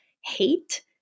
hate